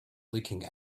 leaking